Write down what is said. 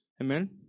Amen